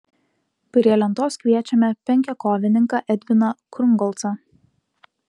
prie lentos kviečiame penkiakovininką edviną krungolcą